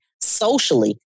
socially